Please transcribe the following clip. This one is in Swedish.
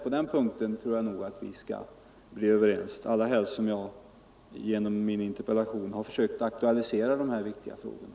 På den punkten tror jag nog Måndagen den att vi skall bli överens, helst som jag genom min interpellation försökt 9 december 1974 aktualisera de här viktiga frågorna.